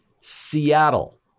Seattle